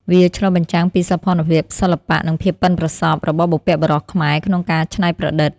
វាឆ្លុះបញ្ចាំងពីសោភ័ណភាព សិល្បៈ និងភាពប៉ិនប្រសប់របស់បុព្វបុរសខ្មែរក្នុងការច្នៃប្រឌិត។